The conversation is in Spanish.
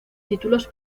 títulos